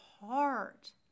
heart